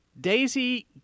Daisy